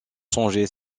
songer